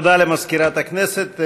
תודה למזכירת הכנסת.